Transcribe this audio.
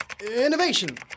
Innovation